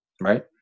right